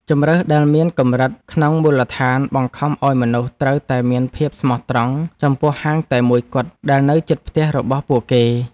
ជម្រើសដែលមានកម្រិតក្នុងមូលដ្ឋានបង្ខំឱ្យមនុស្សត្រូវតែមានភាពស្មោះត្រង់ចំពោះហាងតែមួយគត់ដែលនៅជិតផ្ទះរបស់ពួកគេ។